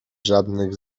żadnych